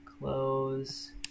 close